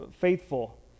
faithful